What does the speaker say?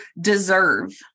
deserve